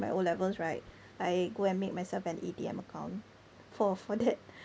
my O levels right I go and make myself an A_T_M account for for that